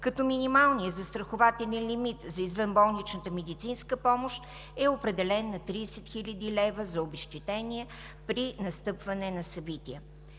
като минималният застрахователен лимит за извънболничната медицинска помощ е определен на 30 хил. лв. за обезщетение при настъпване на събитие.